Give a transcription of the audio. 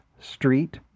Street